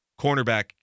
cornerback